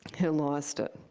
who lost it.